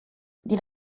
din